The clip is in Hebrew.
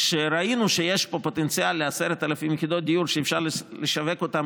כשראינו שיש פה פוטנציאל ל-10,000 יחידות דיור שאפשר לשווק אותן